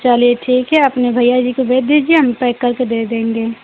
चलिए ठीक है अपने भैया जी को भेज दीजिए हम पैक करके दे देंगे